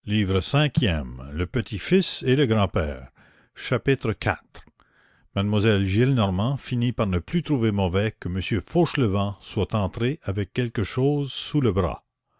chapitre iv mademoiselle gillenormand finit par ne plus trouver mauvais que m fauchelevent soit entré avec quelque chose sous le bras